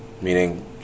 Meaning